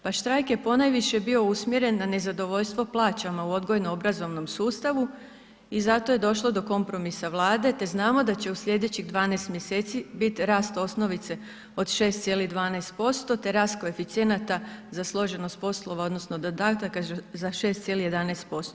Pa štrajk je ponajviše bio usmjeren na nezadovoljstvo plaćama u odgojno obrazovnom sustavu i zato je došlo do kompromisa Vlade te znamo da će u slijedećih 12 mjeseci biti rast osnovice od 6,12% te rast koeficijenata za složenost poslova odnosno dodataka za 6,11%